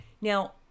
Now